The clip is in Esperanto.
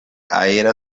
aera